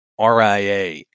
RIA